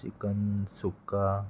chicken सुक्का